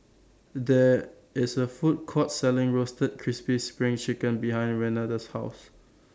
There IS A Food Court Selling Roasted Crispy SPRING Chicken behind Renada's House